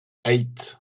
eight